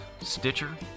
Stitcher